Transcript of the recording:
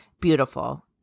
Beautiful